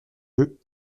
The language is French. yeux